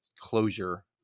closure